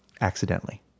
accidentally